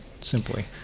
simply